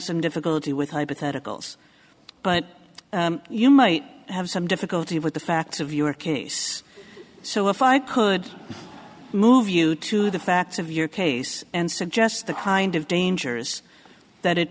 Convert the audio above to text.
some difficulty with hypotheticals but you you might have some difficulty with the facts of your case so if i could move you to the facts of your case and suggest the kind of dangers that it